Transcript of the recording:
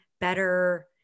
better